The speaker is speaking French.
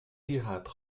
pirate